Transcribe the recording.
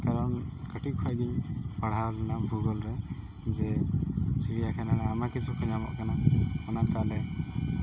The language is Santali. ᱠᱟᱨᱚᱱ ᱠᱟᱹᱴᱤᱡ ᱠᱷᱚᱡ ᱜᱮᱧ ᱯᱟᱲᱦᱟᱣ ᱞᱮᱱᱟ ᱵᱷᱩᱜᱳᱞ ᱨᱮ ᱡᱮ ᱪᱤᱲᱤᱭᱟ ᱠᱷᱟᱱᱟ ᱨᱮ ᱟᱭᱢᱟ ᱠᱤᱪᱷᱩ ᱠᱚ ᱧᱟᱢᱚᱜ ᱠᱟᱱᱟ ᱚᱱᱟᱛᱮ ᱟᱞᱮ